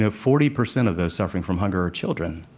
ah forty percent of those suffering from hunger are children.